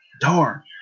darn